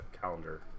calendar